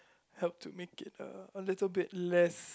help to make it uh a little bit less